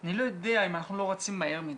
אני לא יודע אם אנחנו לא רצים מהר מדי,